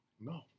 No